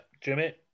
Jimmy